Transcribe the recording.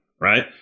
right